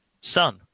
sun